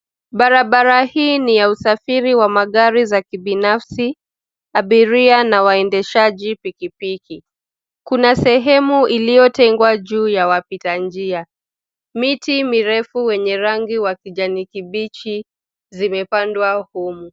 Barabara hii ni ya usafiri wa magari za kibinafsi, abiria na waendeshaji pikipiki. Kuna sehemu iliyotengwa juu ya wapita njia. Miti mirefu wenye rangi wa kijani kibichi zimepandwa humu.